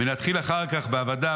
ונתחיל אחר כך בעבדיו